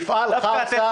דווקא אתם,